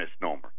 misnomer